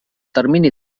termini